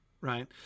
right